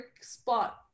spot